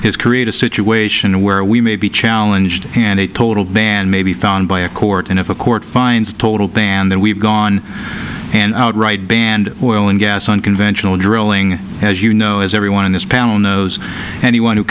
is create a situation where we may be challenged and a total ban may be found by a court and if a court finds a total ban then we've gone and out right banned oil and gas on conventional drilling as you know as everyone in this panel knows anyone who